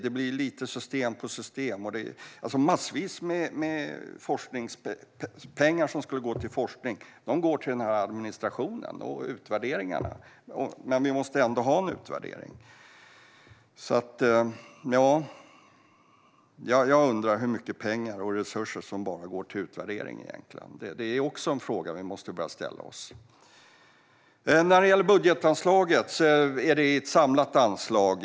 Det blir system på system, och massor av pengar som skulle gå till forskning går till denna administration och till utvärderingarna. Men vi måste ändå ha en utvärdering. Jag undrar hur mycket pengar och resurser som egentligen går till bara utvärdering. Det är också en fråga vi måste börja ställa oss. När det gäller budgetanslaget är det ett samlat anslag.